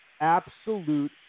absolute